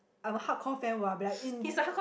I will hardcore fan what be like in